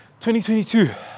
2022